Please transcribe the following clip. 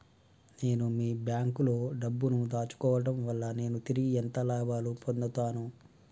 నేను మీ బ్యాంకులో డబ్బు ను దాచుకోవటం వల్ల నేను తిరిగి ఎంత లాభాలు పొందుతాను?